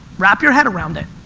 wrap your head around it.